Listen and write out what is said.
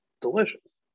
Delicious